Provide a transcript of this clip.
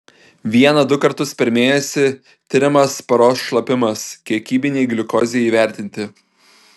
vieną du kartus per mėnesį tiriamas paros šlapimas kiekybinei gliukozei įvertinti